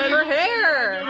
her hair!